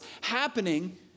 happening